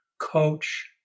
coach